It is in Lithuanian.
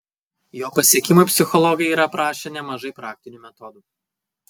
jo pasiekimui psichologai yra aprašę nemažai praktinių metodų